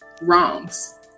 wrongs